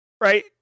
Right